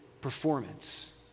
performance